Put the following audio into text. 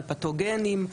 על פתוגנים,